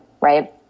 right